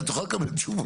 את יכולה לקבל תשובות.